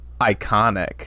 iconic